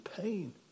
pain